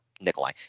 Nikolai